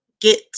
get